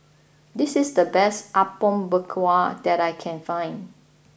this is the best Apom Berkuah that I can find